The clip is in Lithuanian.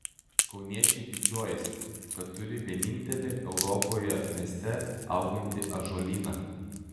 kauniečiai didžiuojasi kad turi vienintelį europoje mieste augantį ąžuolyną